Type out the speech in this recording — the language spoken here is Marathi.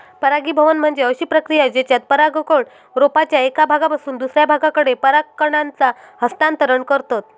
परागीभवन म्हणजे अशी प्रक्रिया जेच्यात परागकण रोपाच्या एका भागापासून दुसऱ्या भागाकडे पराग कणांचा हस्तांतरण करतत